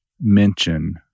mention